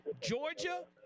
Georgia